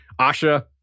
Asha